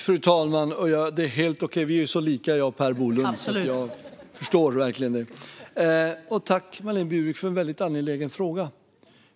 Fru talman! Tack, Marlene Burwick, för en väldigt angelägen fråga!